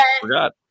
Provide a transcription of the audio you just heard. forgot